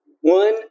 one